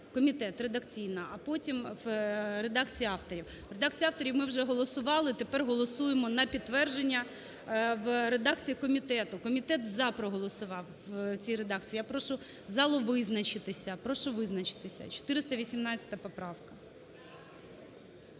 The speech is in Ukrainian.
комітет, редакційно, а потім в редакції авторів. В редакції авторів ми вже голосували, тепер голосуємо на підтвердження в редакції комітету. Комітет "за" проголосував в цій редакції. Я прошу залу визначитися. Прошу визначитися. 418-а поправка.